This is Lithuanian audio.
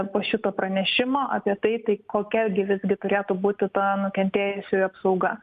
po šito pranešimo apie tai tai kokia gi visgi turėtų būti ta nukentėjusiųjų apsauga